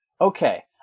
Okay